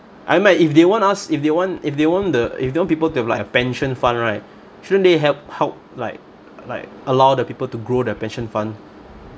I might if they want us if they want if they want the if they want people to have like a pension fund right shouldn't they help help like like allow the people to grow their pension fund